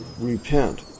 repent